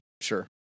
Sure